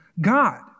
God